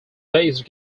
based